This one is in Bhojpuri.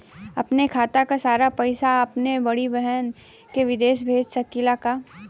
अपने खाते क सारा पैसा अपने बड़ी बहिन के विदेश भेज सकीला का?